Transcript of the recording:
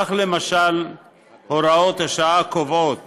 כך, הוראות השעה קובעות